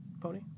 Pony